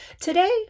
Today